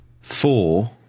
Four